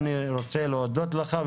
אני רוצה להודות לך,